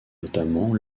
notamment